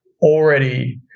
already